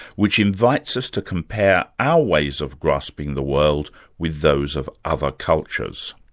which invites us to compare our ways of grasping the world with those of other cultures.